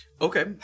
Okay